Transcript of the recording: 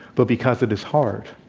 but because it is hard,